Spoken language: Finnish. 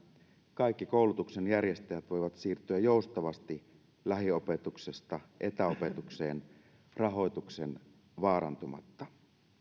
kaikki koulutuksenjärjestäjät voivat siirtyä joustavasti lähiopetuksesta etäopetukseen rahoituksen vaarantumatta